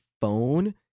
phone